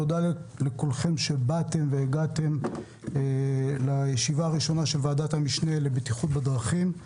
תודה לכולכם שבאתם והגעתם לישיבה הראשונה של ועדת המשנה לבטיחות בדרכים.